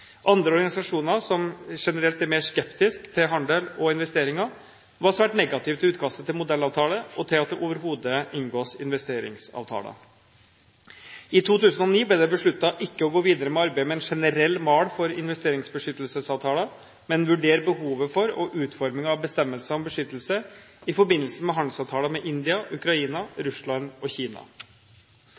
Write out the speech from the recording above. Andre organisasjoner som generelt er mer skeptiske til handel og investeringer, var sterkt negative til utkastet til modellavtale og til at det overhodet inngås investeringsavtaler. I 2009 ble det besluttet ikke å gå videre med arbeidet med en generell mal for investeringsbeskyttelsesavtaler, men vurdere behovet for, og utformingen av, bestemmelser om beskyttelse i forbindelse med handelsavtaler med India, Ukraina, Russland og Kina.